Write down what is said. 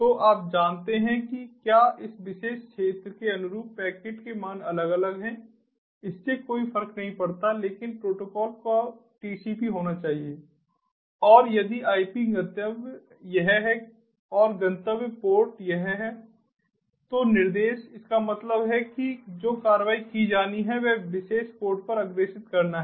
तो आप जानते हैं कि क्या इस विशेष क्षेत्र के अनुरूप पैकेट के मान अलग अलग हैं इससे कोई फर्क नहीं पड़ता लेकिन प्रोटोकॉल को TCP होना चाहिए और यदि IP गंतव्य यह है और गंतव्य पोर्ट यह है तो निर्देश इसका मतलब है कि जो कार्रवाई की जानी है वह विशेष पोर्ट पर अग्रेषित करना है